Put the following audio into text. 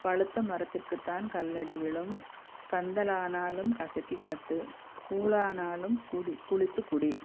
பழுத்த மரத்திற்கு தான் கல்லடி விழும் கந்தலானாலும் கசக்கி கட்டு கூழானாலும் குடி குளித்து குடி